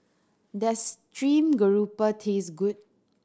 does stream grouper taste good